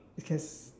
you can